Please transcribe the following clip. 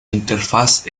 interfaz